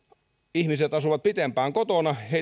ihmiset asuvat pitempään kotona